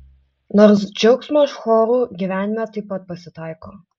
nors džiaugsmo chorų gyvenime taip pat pasitaiko